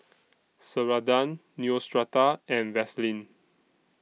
Ceradan Neostrata and Vaselin